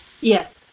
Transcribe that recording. Yes